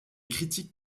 critiques